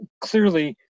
clearly